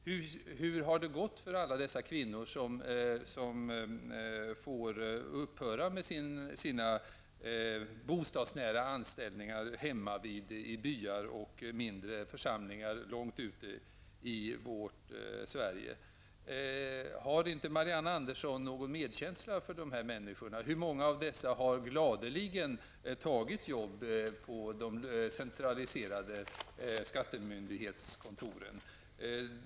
Jag vill fråga hur det har gått för alla de kvinnor som tvingas sluta sina bostadsnära anställningar i byar och mindre församlingar långt ute på landsbygden. Har inte Marianne Andersson någon medkänsla för dem? Hur många av dessa kvinnor har gladeligen tagit anställning på de centraliserade skattemyndighetskontoren?